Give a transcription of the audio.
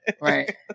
Right